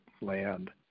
land